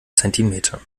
zentimeter